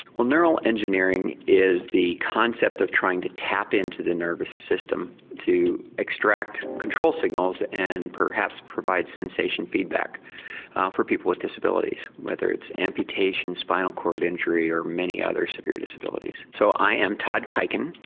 ah neural engineering is the concept of trying to tap in to the nervous system to extract control signals and perhaps provide sensation feedback for people with disabilities, whether it's amputation, spinal cord injury or many other severe disabilities. so i am todd kuiken,